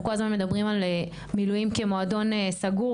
אנחנו כל הזמן מדברים על מילואים כמועדון סגור,